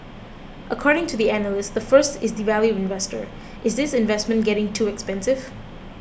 according to the analyst the first is the value investor is this investment getting too expensive